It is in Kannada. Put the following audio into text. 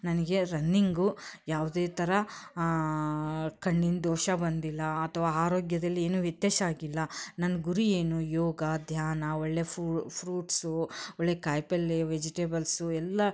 ನನಗೆ ರನ್ನಿಂಗು ಯಾವುದೇ ಥರ ಕಣ್ಣಿಂದು ದೋಷ ಬಂದಿಲ್ಲ ಅಥವಾ ಆರೋಗ್ಯದಲ್ ಏನೂ ವ್ಯತ್ಯಾಸಾಗಿಲ್ಲ ನನ್ನ ಗುರಿ ಏನು ಯೋಗ ಧ್ಯಾನ ಒಳ್ಳೆಯ ಫ್ರೂಟ್ಸು ಒಳ್ಳೆಯ ಕಾಯಿಪಲ್ಲೆ ವೆಜಿಟೇಬಲ್ಸು ಎಲ್ಲ